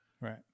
Right